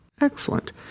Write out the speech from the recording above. Excellent